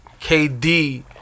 KD